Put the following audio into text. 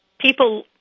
people